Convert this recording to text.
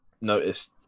noticed